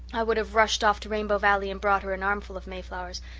i would have rushed off to rainbow valley and brought her an armful of mayflowers,